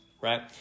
right